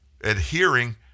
adhering